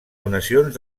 donacions